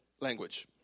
language